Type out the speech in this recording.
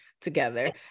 together